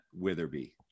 Witherby